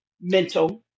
mental